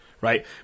right